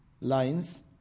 lines